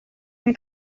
and